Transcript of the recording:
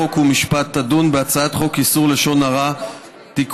חוק ומשפט תדון בהצעת חוק איסור לשון הרע (תיקון,